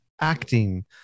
acting